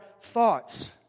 thoughts